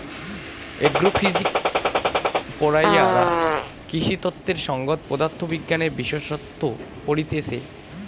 agro physics পড়াইয়ারা কৃষিতত্ত্বের সংগত পদার্থ বিজ্ঞানের বিশেষসত্ত পড়তিছে